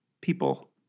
people